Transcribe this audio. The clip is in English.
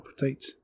update